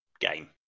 game